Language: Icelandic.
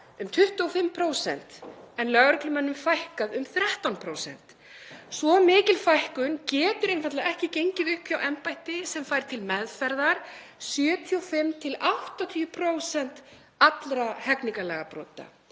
um 25%, en lögreglumönnum fækkað um 13%. Svo mikil fækkun getur einfaldlega ekki gengið upp hjá embætti sem fær til meðferðar 75–80% allra hegningarlagabrota.